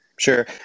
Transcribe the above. Sure